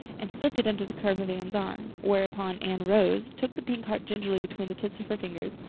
and slipped it under the curve of anne's arm. whereupon anne arose, took the pink heart gingerly between the tips of her fingers,